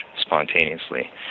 spontaneously